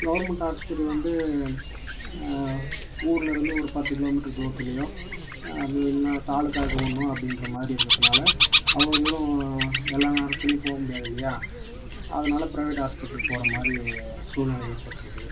government ஆஸ்பித்திரி வந்து ஊரில் இருந்து ஒரு பத்து கிலோமீட்டர் தூரத்துலேயோ அப்படி இல்லைனா தாலுகாவுக்கு ஒன்றோ அப்படின்ற மாதிரி இருக்கிறதுனால் அவ்வளவு தூரம் எல்லா நேரத்திலும் போக முடியாது இல்லையா அதனால் ப்ரைவேட் ஹாஸ்பிட்டலுக்கு போகிற மாதிரி சூழ்நிலை ஏற்பட்டிருக்கு